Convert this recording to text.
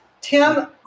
Tim